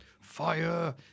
Fire